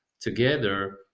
together